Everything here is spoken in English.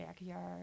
backyard